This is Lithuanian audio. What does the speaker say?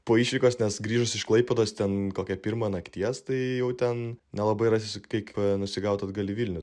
po išvykos nes grįžus iš klaipėdos ten kokią pirmą nakties tai jau ten nelabai rasi kaip nusigaut atgal į vilnių